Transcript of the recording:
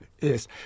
Yes